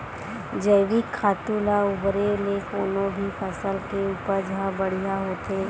जइविक खातू ल बउरे ले कोनो भी फसल के उपज ह बड़िहा होथे